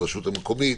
הרשות המקומית,